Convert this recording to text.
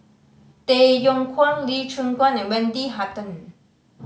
Tay Yong Kwang Lee Choon Guan and Wendy Hutton